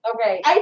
Okay